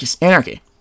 anarchy